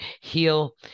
heal